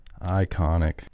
Iconic